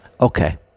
Okay